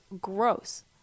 gross